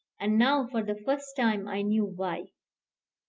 and now for the first time i knew why.